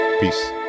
Peace